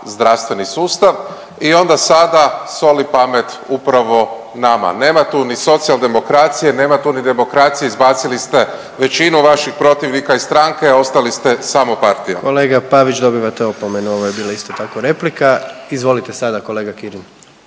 zdravstveni sustav i onda sada soli pamet upravo nama. Nema tu ni socijaldemokracije, nema tu ni demokracije, izbacili ste većinu vaših protivnika iz stranke, ostali ste samo partija. **Jandroković, Gordan (HDZ)** Kolega Pavić, dobivate opomenu, ovo je bila, isto tako, replika. Izvolite sada, kolega Kirin.